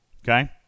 Okay